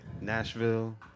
Nashville